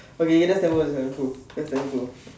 okay that's damn cool that's damn cool that's damn cool